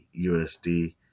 USD